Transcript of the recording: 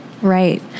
right